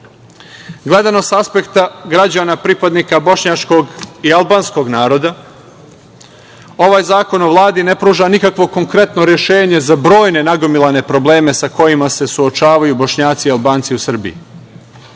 sa aspekta građana pripadnika bošnjačkog i albanskog naroda, ovaj zakon o Vladi ne pruža nikakvo konkretno rešenje za brojne nagomilane probleme sa kojima se suočavaju Bošnjaci i Albanci u Srbiji. Najavom